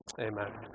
Amen